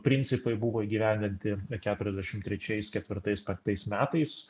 principai buvo įgyvendinti keturiasdešim trečiais ketvirtais penktais metais